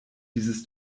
dieses